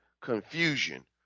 confusion